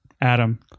Adam